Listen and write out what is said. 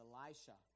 Elisha